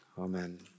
Amen